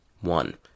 One